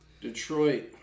Detroit